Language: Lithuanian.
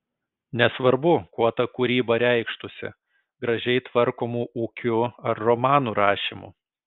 nesvarbu kuo ta kūryba reikštųsi gražiai tvarkomu ūkiu ar romanų rašymu